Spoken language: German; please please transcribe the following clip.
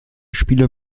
spiele